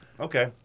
okay